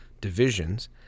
divisions